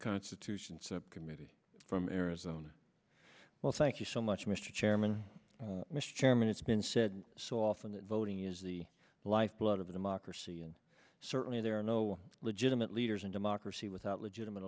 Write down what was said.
constitution subcommittee from arizona well thank you so much mr chairman mr chairman it's been said so often that voting is the lifeblood of a democracy and certainly there are no legitimate leaders in democracy without legitimate